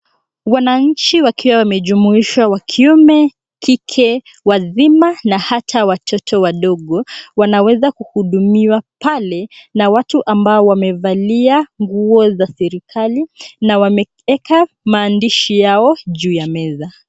Wananchi wakiwa wamejumuishwa wa kiume, kike, wazima na hata watoto wadogo. Wanaweza kuhudumiwa pale na watu ambao wamevalia nguo za serikali na wameeka maandishi yao juu ya meza.